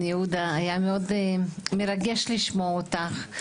היה מאוד מרגש לשמוע אותך,